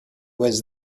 was